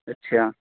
اچھا